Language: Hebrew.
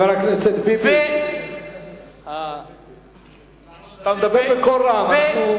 חבר הכנסת ביבי, אתה מדבר בקול רם.